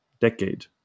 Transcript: decade